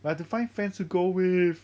but I have to find friends to go with